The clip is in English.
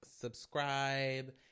subscribe